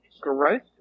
growth